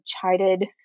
chided